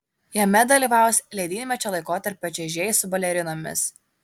jame dalyvaus ledynmečio laikotarpio čiuožėjai su balerinomis